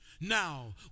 Now